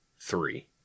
three